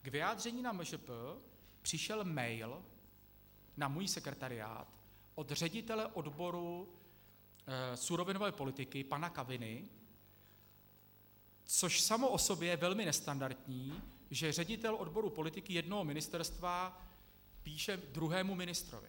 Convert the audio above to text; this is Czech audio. K vyjádření na MŽP přišel mail na můj sekretariát od ředitele odboru surovinové politiky pana Kaviny, což samo o sobě je velmi nestandardní, že ředitel odboru politiky jednoho ministerstva píše druhému ministrovi.